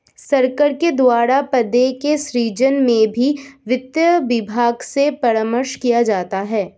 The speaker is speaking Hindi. सरकार के द्वारा पदों के सृजन में भी वित्त विभाग से परामर्श किया जाता है